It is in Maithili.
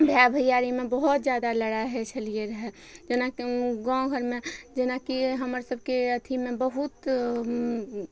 भैया भैयारीमे बहुत जादा लड़ाइ होइ छलियै रहय जेनाकि गाँव घरमे जेनाकि हमर सभके अथीमे बहुत